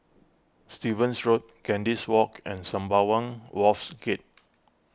Stevens Road Kandis Walk and Sembawang Wharves Gate